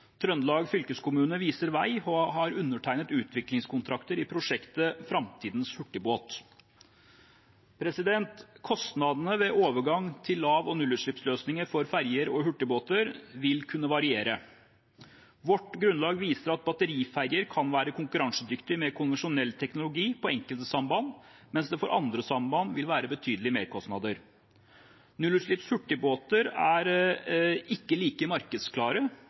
Trøndelag fylkeskommune viser vei og har undertegnet utviklingskontrakter i prosjektet Fremtidens hurtigbåt. Kostnadene ved overgang til lav- og nullutslippsløsninger for ferjer og hurtigbåter vil kunne variere. Vårt grunnlag viser at batteriferjer kan være konkurransedyktige med konvensjonell teknologi på enkelte samband, mens det for andre samband vil være betydelige merkostnader. Nullutslipps hurtigbåter er ikke like markedsklare